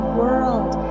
world